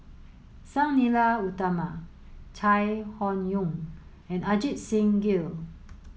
Sang Nila Utama Chai Hon Yoong and Ajit Singh Gill